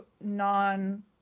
non